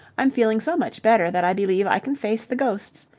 i'm feeling so much better that i believe i can face the ghosts.